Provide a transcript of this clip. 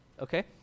Okay